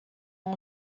ont